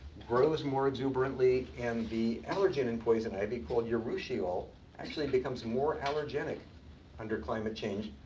grows more exuberantly, and the allergen in poison ivy called urushiol actually becomes more allergenic under climate change.